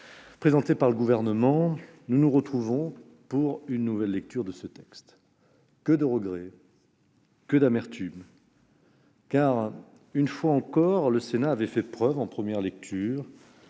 soumet le Gouvernement, nous nous retrouvons pour une nouvelle lecture de ce texte. Que de regrets ! Que d'amertume ! Le Sénat, une fois encore, avait fait preuve en première lecture